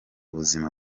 buzima